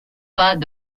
pas